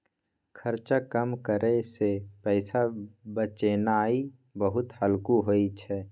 खर्चा कम करइ सँ पैसा बचेनाइ बहुत हल्लुक होइ छै